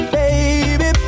baby